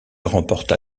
remporta